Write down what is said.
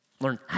learn